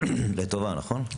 לטובה, נכון?